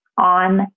on